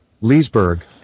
Leesburg